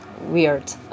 weird